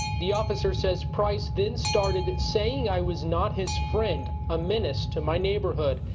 the officer says price then started saying i was not his friend, a menace to my neighborhood.